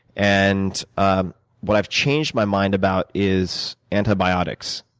and ah what i've changed my mind about is antibiotics.